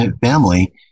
family